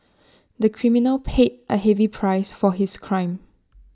the criminal paid A heavy price for his crime